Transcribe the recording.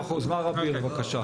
אביר, בבקשה.